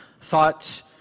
thought